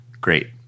Great